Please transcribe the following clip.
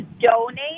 donate